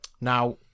Now